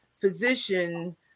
physician